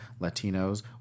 Latinos